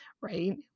right